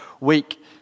week